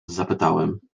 zapytałem